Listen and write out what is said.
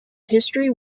history